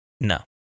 No